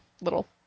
little